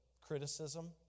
criticism